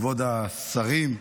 כבוד השרים,